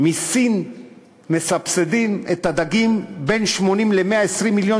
מסין מסבסדים את הדגים בין 80 ל-120 מיליון